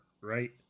right